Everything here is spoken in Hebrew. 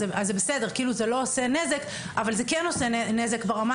זה בסדר וזה לא גורם נזק אבל זה כן גורם נזק ברמה